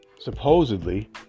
supposedly